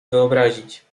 wyobrazić